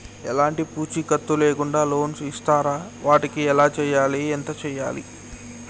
ఎలాంటి పూచీకత్తు లేకుండా లోన్స్ ఇస్తారా వాటికి ఎలా చేయాలి ఎంత చేయాలి?